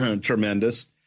Tremendous